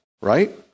right